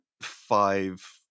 five